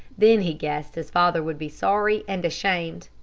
then he guessed his father would be sorry and ashamed.